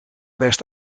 best